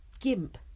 gimp